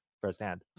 firsthand